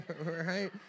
right